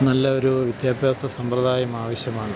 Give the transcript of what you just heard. നല്ല ഒരു വിദ്യാഭ്യാസ സമ്പ്രദായം ആവശ്യമാണ്